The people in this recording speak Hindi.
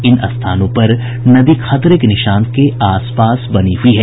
इन स्थानों पर नदी खतरे के निशान के आसपास बनी हुई है